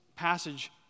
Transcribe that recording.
passage